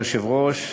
כבוד היושב-ראש,